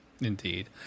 indeed